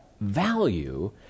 value